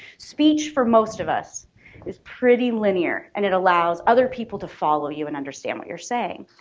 speech for most of us is pretty linear and it allows other people to follow you and understand what you're saying.